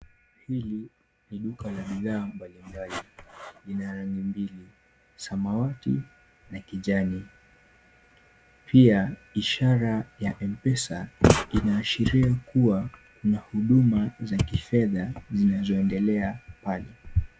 Hili ni duka la bidhaa mbalimbali, lina rangi mbili, samawati na kijani. Pia ishara ya M-Pesa inaashiria kuwa kuna huduma za kifedha zinazoendelea pale.